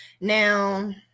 Now